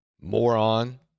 Moron